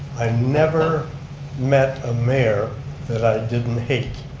i never met a mayor that i didn't hate.